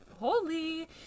holy